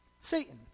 Satan